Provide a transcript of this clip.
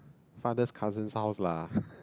father's cousin house lah